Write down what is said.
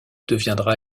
deviendra